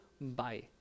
Bye